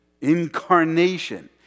incarnation